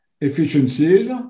efficiencies